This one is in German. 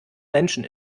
menschen